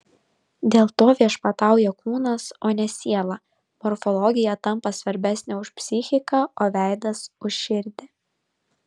dėl to viešpatauja kūnas o ne siela morfologija tampa svarbesnė už psichiką o veidas už širdį